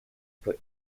put